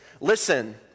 Listen